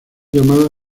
llamada